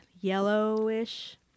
yellowish